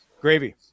Gravy